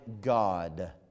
God